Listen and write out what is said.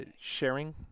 sharing